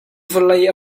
vawlei